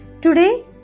Today